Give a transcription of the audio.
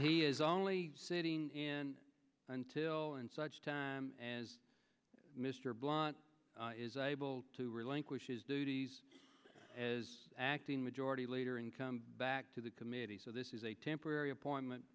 he is only sitting in until such time as mr blunt is able to relinquish his duties as acting majority leader and come back to the committee so this is a temporary appointment